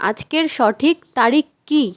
আজকের সঠিক তারিখ কী